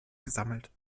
gesammelt